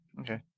Okay